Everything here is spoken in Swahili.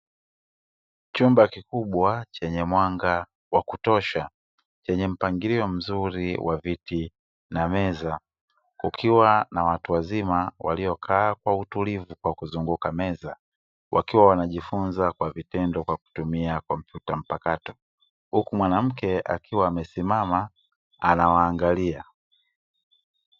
Chumba kikubwa chenye mwanga wa kutosha chenye mpangilio mzuri wa viti na meza. Kukiwa na watu wazima waliokaa kwa utulivu kwa kuzunguka meza wakiwa wanajifunza kwa vitendo kwa kutumia kompyuta mpakato. Huku mwanamke akiwa amesimama anawaangalia.